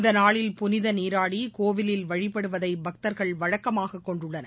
இந்தநாளில் புனிதநீராடி கோவிலில் வழிபடுவதைபக்தர்கள் வழக்கமாககொண்டுள்ளார்கள்